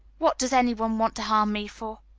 what does any one want to harm me for?